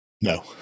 No